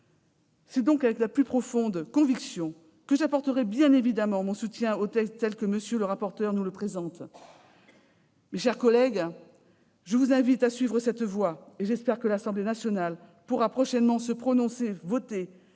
C'est donc avec la plus profonde conviction que j'apporterai mon soutien au texte tel que présenté par M. le rapporteur. Mes chers collègues, je vous invite à suivre cette voie, et j'espère que l'Assemblée nationale pourra prochainement se prononcer sur ce texte,